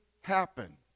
happen